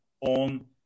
on